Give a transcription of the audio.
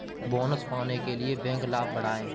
bonus पाने के लिए बैंक लाभ बढ़ाएं